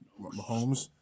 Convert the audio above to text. Mahomes